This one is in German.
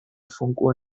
funkuhr